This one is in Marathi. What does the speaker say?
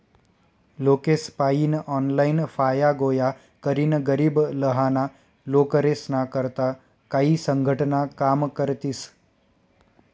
लोकेसपायीन ऑनलाईन फाया गोया करीन गरीब लहाना लेकरेस्ना करता काई संघटना काम करतीस